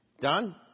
Done